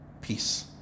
Peace